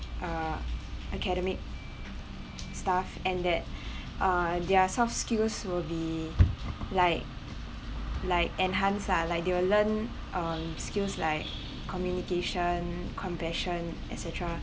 uh academic staff and that uh their soft skills will be like like enhance ah like they will learn um skills like communication compassion et cetera